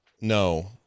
No